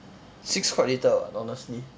six quite little [what] honestly